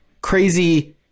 crazy